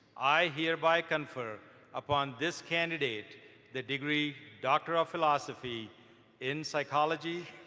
i hereby confer upon this candidate the degree doctor of philosophy in psychology,